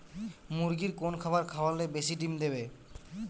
মুরগির কোন খাবার খাওয়ালে বেশি ডিম দেবে?